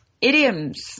Idioms